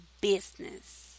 business